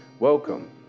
Welcome